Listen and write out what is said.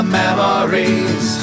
memories